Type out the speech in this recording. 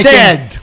dead